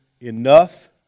enough